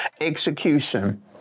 Execution